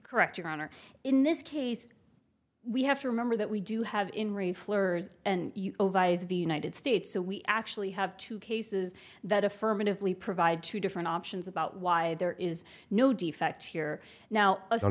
correct your honor in this case we have to remember that we do have in reflow or of united states so we actually have two cases that affirmatively provide two different options about why there is no defect here now i don't